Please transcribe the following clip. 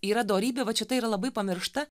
yra dorybė vat šita yra labai pamiršta